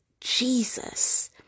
Jesus